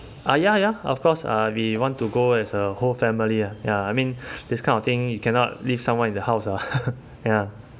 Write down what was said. ah ya ya of course uh we want to go as a whole family uh ya I mean this kind of thing you cannot leave someone in the house lah ya